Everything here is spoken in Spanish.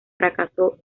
fracasó